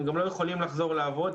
הם גם לא יכולים לחזור לעבוד.